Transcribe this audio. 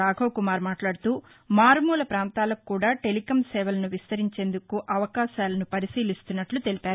రాఘవకుమార్ మాట్లాడుతూమారుమూల ప్రాంతాలకు కూడా టెలికం సేవలను విస్తరించేందుకు కూడా గల అవకాశాలను పరిశీలిస్తున్నట్లు తెలిపారు